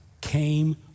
came